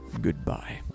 goodbye